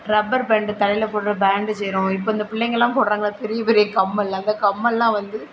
rubber band தலையில் போடுற band செய்கிறோம் இப்போ இந்த பிள்ளைங்கள்லாம் போடுறாங்கள்ல பெரிய பெரிய கம்மல் அந்த கம்மல்லாம் வந்து